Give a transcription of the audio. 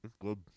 good